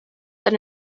that